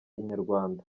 inyarwanda